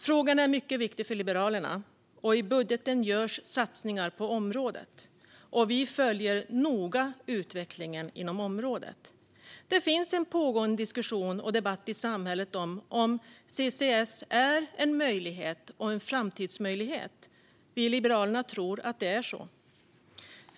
Frågan är mycket viktig för Liberalerna, och i budgeten görs satsningar på området. Vi följer noga utvecklingen inom området. Det finns en pågående diskussion och debatt i samhället om huruvida CCS är en möjlighet och en framtidsmöjlighet. Vi i Liberalerna tror att det är så.